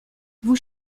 vous